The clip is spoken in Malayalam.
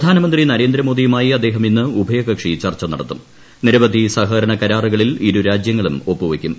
പ്രധാനമന്ത്രി ്നുരേന്ദ്രമോദിയുമായി അദ്ദേഹം ഇന്ന് ഉഭയകക്ഷി ചർച്ച നടത്തും നിർഷധി സഹകരണ കരാറുകളിൽ ഇരു രാജ്യങ്ങളും ഒപ്പു വയ്ക്കും